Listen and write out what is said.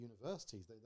universities